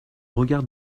regard